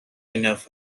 enough